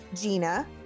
Gina